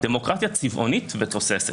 דמוקרטיה צבעונית ותוססת.